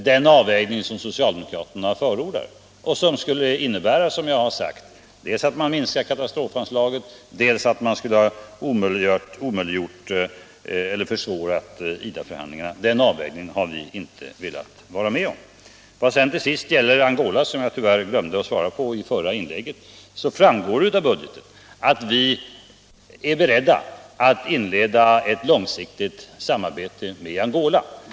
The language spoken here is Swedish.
Den avvägning som socialdemokraterna förordar och som skulle innebära dels att man minskar katastrofanslaget, dels att man försvårar IDA-förhandlingarna har vi inte velat vara med om. Vad sedan till sist gäller Angola, som jag tyvärr glömde att beröra i mitt förra inlägg, framgår det av budgeten att vi är beredda att inleda ett långsiktigt samarbete med Angola.